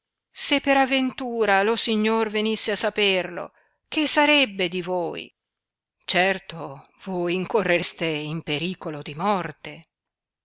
se per aventura lo signor venisse a saperlo che sarebbe di voi certo voi incorreste in pericolo di morte